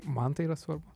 man tai yra svarbu